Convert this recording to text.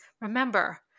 Remember